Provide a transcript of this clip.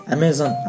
Amazon